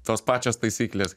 tos pačios taisyklės